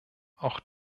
auch